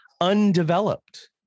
undeveloped